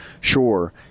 Sure